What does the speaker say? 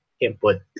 input